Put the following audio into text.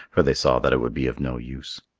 for they saw that it would be of no use.